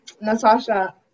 Natasha